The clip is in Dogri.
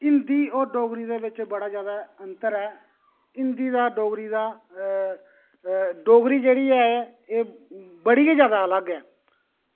हिंदी होर डोगरी दे बिच बड़ा जैदा अंतर ऐ हिंदी दा डोगरी दा डोगरी जेह्ड़ी ऐ एह् बड़ी गै जैदा अलग ऐ